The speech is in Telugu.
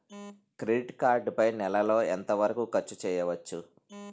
క్రెడిట్ కార్డ్ పై నెల లో ఎంత వరకూ ఖర్చు చేయవచ్చు?